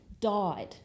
died